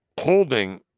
holding